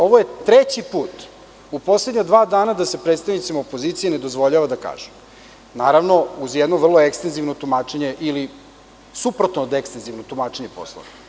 Ovo je treći put u poslednja dva dana da se predstavnicima opozicije ne dozvoljava da kažu, naravno, uz jedno vrlo ekstenzivno tumačenje ili suprotno od ekstenzivnog tumačenje Poslovnika.